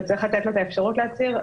וצריך לתת לו את האפשרות להצהיר,